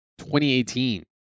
2018